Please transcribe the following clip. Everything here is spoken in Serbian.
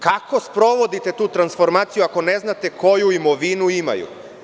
Kako sprovodite tu transformaciju ako ne znate koju imovinu imaju?